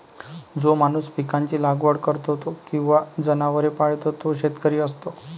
जो माणूस पिकांची लागवड करतो किंवा जनावरे पाळतो तो शेतकरी असतो